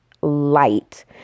light